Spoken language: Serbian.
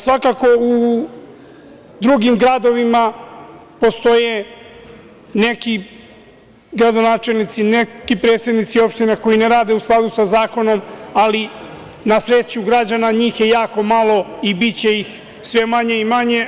Svakako u drugim gradovima postoje neki gradonačelnici, neki predsednici opština koji ne rade u skladu sa zakonom, ali na sreću građana njih je jako malo i biće ih sve manje i manje.